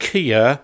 Kia